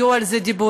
והיו על זה דיבורים,